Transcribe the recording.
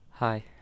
Hi